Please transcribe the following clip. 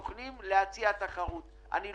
לכן,